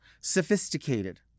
sophisticated